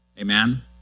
Amen